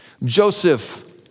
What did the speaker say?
Joseph